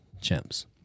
chimps